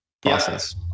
process